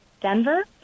Denver